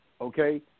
Okay